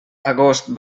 agost